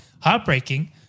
Heartbreaking